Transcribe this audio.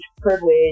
privilege